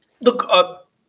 look